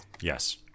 yes